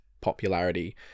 popularity